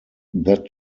that